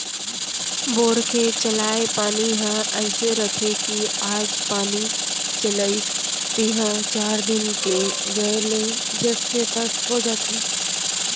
bore के चलाय पानी ह अइसे रथे कि आज पानी चलाइस तिहॉं चार दिन के गए ले जस के तस हो जाथे